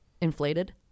inflated